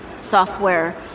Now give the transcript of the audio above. software